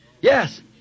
Yes